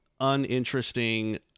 uninteresting